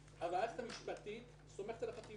המערכת המשפטית סומכת על החטיבה.